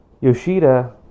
Yoshida